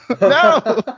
no